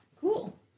Cool